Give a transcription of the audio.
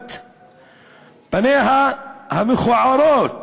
חשיפת פניה המכוערות